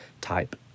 type